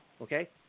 Okay